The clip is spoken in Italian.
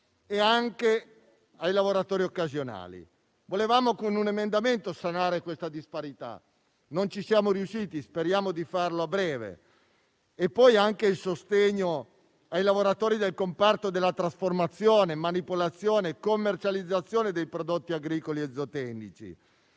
e ai lavoratori occasionali. Volevamo con un emendamento sanare questa disparità. Non ci siamo riusciti, ma speriamo di farlo a breve. Vi è poi il sostegno ai lavoratori del comparto della trasformazione, manipolazione e commercializzazione dei prodotti agricoli e zootecnici: